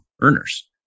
earners